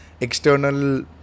external